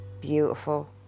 beautiful